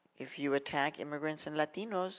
if you attack immigrants and latinos